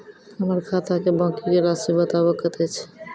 हमर खाता के बाँकी के रासि बताबो कतेय छै?